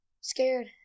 Scared